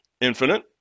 infinite